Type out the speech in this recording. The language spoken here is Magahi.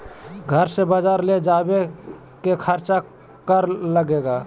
घर से बजार ले जावे के खर्चा कर लगो है?